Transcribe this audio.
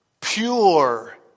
pure